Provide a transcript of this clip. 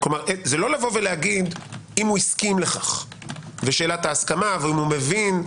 זה לא להגיד אם הוא הסכים לכך ושאלת ההסכמה והאם הוא מבין.